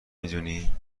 میدونی